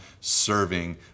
serving